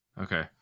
Okay